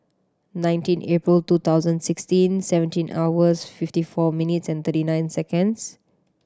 nineteen April two thousand sixteen seventeen hours fifty four minutes and thirty nine seconds